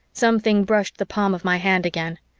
something brushed the palm of my hand again.